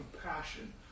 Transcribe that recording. compassion